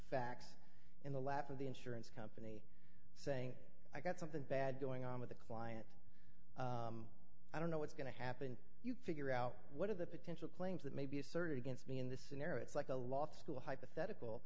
facts in the lap of the insurance company saying i got something bad going on with the client i don't know what's going to happen you figure out what are the potential claims that may be asserted against me in this scenario it's like a law school